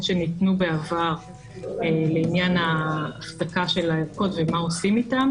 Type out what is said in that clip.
שניתנו בעבר לעניין ההחזקה של הערכות ומה עושים איתן.